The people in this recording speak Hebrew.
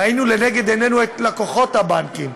ראינו לנגד עינינו את לקוחות הבנקים,